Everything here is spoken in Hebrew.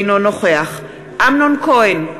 אינו נוכח אמנון כהן,